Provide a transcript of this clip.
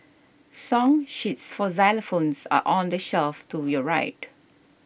song sheets for xylophones are on the shelf to your right